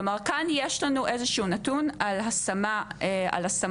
כלומר כאן יש לנו איזה שהוא נתון על השמות בעבודה.